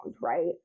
right